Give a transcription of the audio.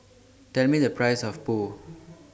Tell Me The Price of Pho